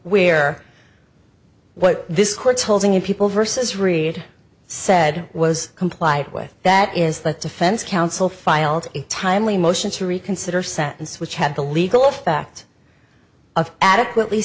where what this court's holding in people versus reed said was complied with that is the defense counsel filed timely motion to reconsider sentence which had the legal effect of adequately